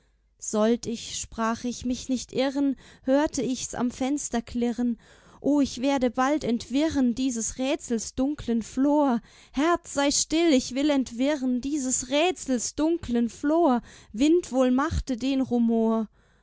sollt ich sprach ich mich nicht irren hörte ich's am fenster klirren o ich werde bald entwirren dieses rätsels dunklen flor herz sei still ich will entwirren dieses rätsels dunklen flor wind wohl machte den